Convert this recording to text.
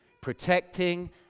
protecting